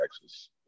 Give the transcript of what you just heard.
Texas